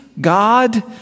God